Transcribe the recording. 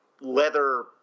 leather